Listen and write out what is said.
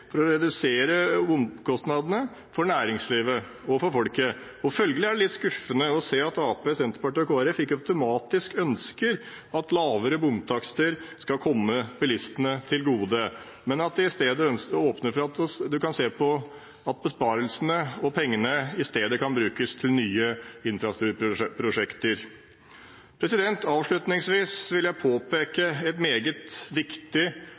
å redusere bompengekostnadene for både næringslivet og folket, og følgelig er det litt skuffende å se at Arbeiderpartiet, Senterpartiet og Kristelig Folkeparti ikke automatisk ønsker at lavere bompengetakster skal komme bilistene til gode, men at de åpner for at besparelsene og pengene i stedet kan brukes til nye infrastrukturprosjekter. Avslutningsvis vil jeg påpeke et meget viktig